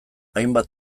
hainbat